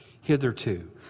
Hitherto